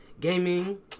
gaming